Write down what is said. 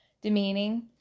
demeaning